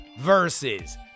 versus